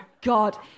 God